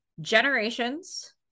generations